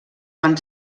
van